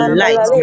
light